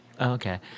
Okay